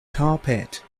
carpet